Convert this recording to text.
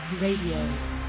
Radio